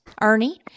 Ernie